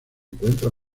encuentra